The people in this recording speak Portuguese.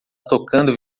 tocando